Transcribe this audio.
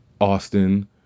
Austin